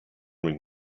when